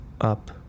up